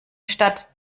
statt